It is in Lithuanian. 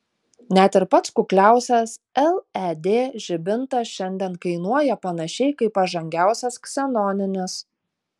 net ir pats kukliausias led žibintas šiandien kainuoja panašiai kaip pažangiausias ksenoninis